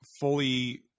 fully